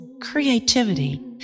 creativity